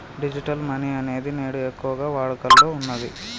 digital money అనేది నేడు ఎక్కువగా వాడుకలో ఉన్నది